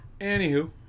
Anywho